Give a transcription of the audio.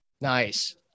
Nice